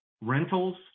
rentals